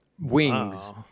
wings